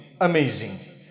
amazing